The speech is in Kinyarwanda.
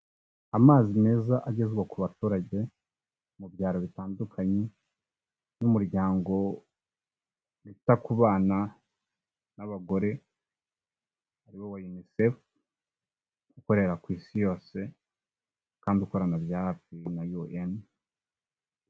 Amazi meza agezwa ku baturage mu byaro bitandukanye n'umuryango wita ku bana n'abagore ariwo wa UNICEF ukorera ku isi yose kandi ukorana bya hafi na UN.